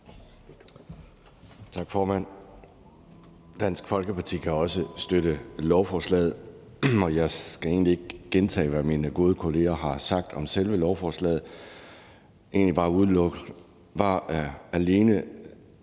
Tak, formand. Dansk Folkeparti kan også støtte lovforslaget, og jeg skal ikke gentage, hvad mine gode kolleger har sagt om selve lovforslaget, men egentlig alene